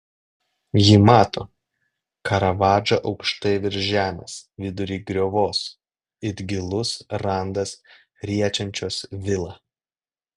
ji mato karavadžą aukštai virš žemės vidury griovos it gilus randas riečiančios vilą